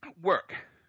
work